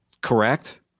Correct